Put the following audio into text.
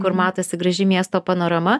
kur matosi graži miesto panorama